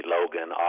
Logan